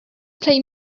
play